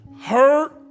hurt